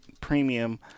premium